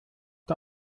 der